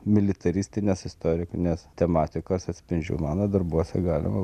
militaristinės istorinės tematikos atspindžių mano darbuose galima